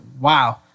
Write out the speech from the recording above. Wow